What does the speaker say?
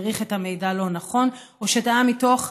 העריך את המידע לא נכון או שטעה מתוך,